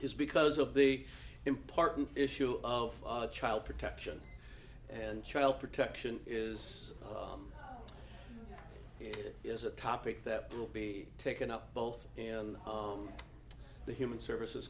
is because of the important issue of child protection and child protection is it is a topic that will be taken up both in the human services